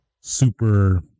super